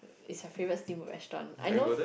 it's my favourite steamboat restaurant I know